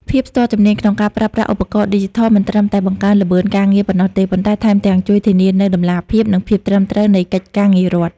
ភាពស្ទាត់ជំនាញក្នុងការប្រើប្រាស់ឧបករណ៍ឌីជីថលមិនត្រឹមតែបង្កើនល្បឿនការងារប៉ុណ្ណោះទេ ប៉ុន្តែថែមទាំងជួយធានានូវតម្លាភាព និងភាពត្រឹមត្រូវនៃកិច្ចការងាររដ្ឋ។